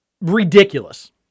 ridiculous